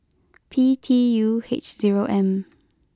P T U H zero M